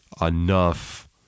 enough